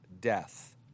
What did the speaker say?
death